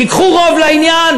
תיקחו רוב לעניין,